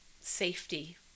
safety